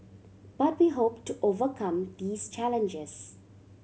but we hope to overcome these challenges